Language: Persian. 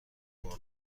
خورد